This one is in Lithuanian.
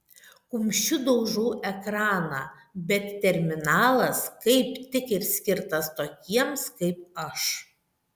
kumščiu daužau ekraną bet terminalas kaip tik ir skirtas tokiems kaip aš